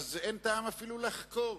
אין טעם אפילו לחקור.